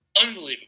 Unbelievable